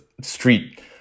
street